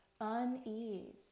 unease